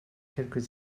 quelques